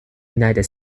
united